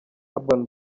urban